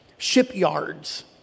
shipyards